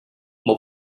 một